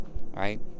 Right